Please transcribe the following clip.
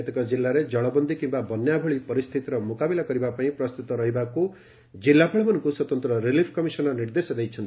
କେତେକ ଜିଲ୍ଲାରେ ଜଳବନ୍ଦୀ କିମ୍ୟା ବନ୍ୟା ଭଳି ପରିସ୍ଚିତିର ମୁକାବିଲା କରିବା ପାଇଁ ପ୍ରସ୍ତୁତ ରହିବାକୁ ଜିଲ୍ଲାପାଳମାନଙ୍କୁ ସ୍ୱତନ୍ତ ରିଲିଫ କମିସନର ନିର୍ଦ୍ଦେଶ ଦେଇଛନ୍ତି